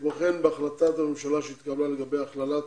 כמו כן בהחלטת הממשלה שהתקבלה לגבי הכללת